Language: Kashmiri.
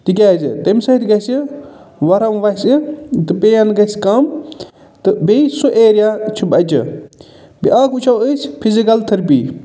تِکیٛازِ تٔمۍ سۭتۍ گژھِ وَرَم وَسہِ تہِ پین گژھِ کَم تہٕ بیٚیہِ سُہ اٮ۪رِیا چھِ بَچہِ بیاکھ وُچھَو أسۍ فِزِکَل تھرپی